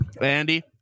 Andy